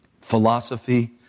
philosophy